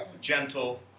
gentle